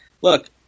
look